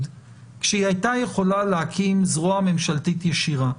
כשהיא הייתה יכולה להקים זרוע ממשלתית ישירה.